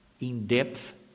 in-depth